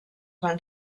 van